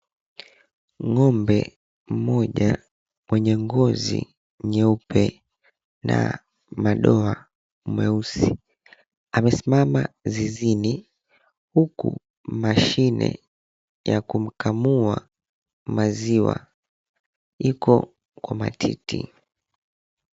Ng'ombe mmoja mwenye ngozi nyeupe na madoa meusi amesimama zizini huku mashine yakumkamua maziwa iko kwa matiti.